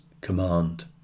command